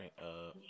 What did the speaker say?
right